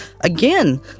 again